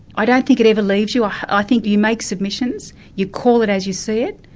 i don't think it ever leaves you. i think you make submissions, you call it as you see it.